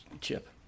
Chip